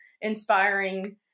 inspiring